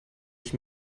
ich